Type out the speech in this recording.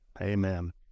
Amen